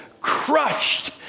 crushed